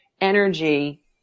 energy